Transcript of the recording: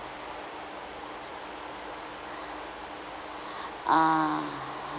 ah